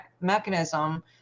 mechanism